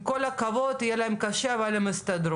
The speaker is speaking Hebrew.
עם כל הכבוד יהיה להם קשה, אבל הם יסתדרו,